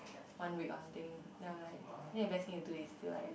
one week or something then I'm like think the best thing to do is to like